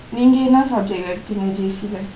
நீங்க என்ன:neengka enna subject எடுத்திங்க:eduthingka J_C